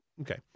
Okay